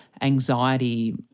anxiety